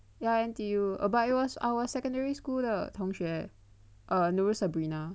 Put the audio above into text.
ya N_T_U err but it was our secondary school 的同学 err you know Sabrina